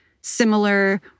similar